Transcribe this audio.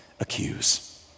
Accuse